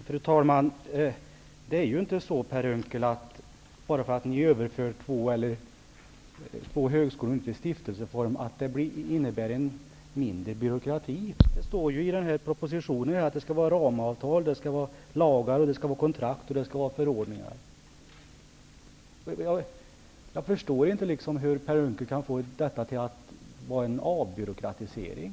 Fru talman! Det är ju inte så, Per Unkel, att det blir mindre byråkrati bara för att ni överför två högskolor till stiftelseform. Det står i propositionen att det skall vara ramavtal, lagar, kontrakt och förordningar. Jag förstår inte hur Per Unckel kan få det till att det rör sig om en avbyråkratisering.